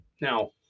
Now